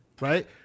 Right